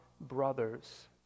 brothers